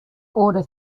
order